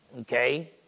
okay